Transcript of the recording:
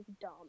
dumb